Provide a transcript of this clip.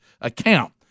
account